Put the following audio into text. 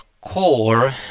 core